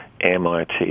MIT